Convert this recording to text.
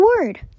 Word